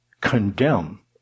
condemn